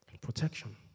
Protection